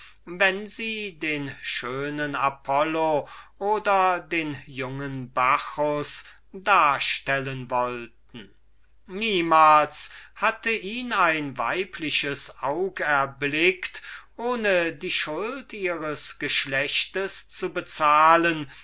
wenn sie den apollo oder bacchus vorstellen wollten niemals hatte ihn ein weibliches aug erblickt ohne die schuld ihres geschlechts zu bezahlen